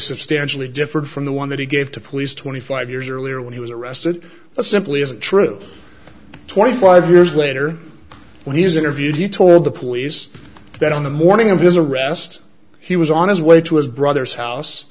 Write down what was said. substantially different from the one that he gave to police twenty five years earlier when he was arrested that simply isn't true twenty five years later when he was interviewed he told the police that on the morning of his arrest he was on his way to his brother's house